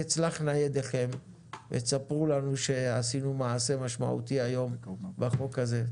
תצלחנה ידיכם וספרו לנו שעשינו מעשה משמעותי היום בחוק הזה.